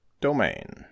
domain